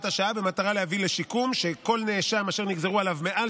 במטרה להביא לשיקום עוד נקבע בהוראת השעה שלכל נאשם אשר נגזרו עליו מעל